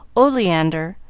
oleander,